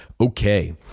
Okay